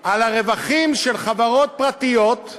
על הרווחים של חברות פרטיות,